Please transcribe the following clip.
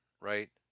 right